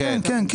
כן, כן.